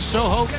Soho